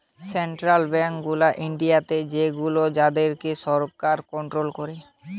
central bank গুলা ইন্ডিয়াতে সেগুলো যাদের কে সরকার কন্ট্রোল করে